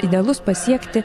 idealus pasiekti